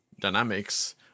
Dynamics